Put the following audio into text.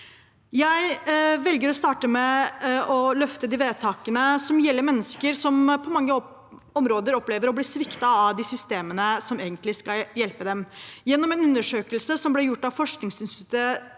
Jeg velger å starte med å løfte de vedtakene som gjelder mennesker som på mange områder opplever å bli sviktet av de systemene som egentlig skal hjelpe dem. Gjennom en undersøkelse som ble gjort av forskningsinstituttet